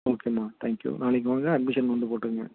ஓகேமா thank you நாளைக்கு வாங்க அட்மிஷன் வந்து போட்டுக்கங்க